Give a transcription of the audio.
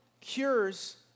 cures